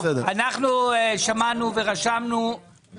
טוב, אנחנו שמענו ורשמנו את